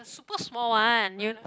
a super small one you know